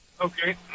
okay